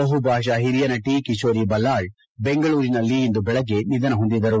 ಬಹುಭಾಷಾ ಹಿರಿಯ ನಟಿ ಕಿಶೋರಿ ಬಲ್ಲಾಳ್ ಬೆಂಗಳೂರಿನಲ್ಲಿ ಇಂದು ಬೆಳಗ್ಗೆ ನಿಧನ ಹೊಂದಿದರು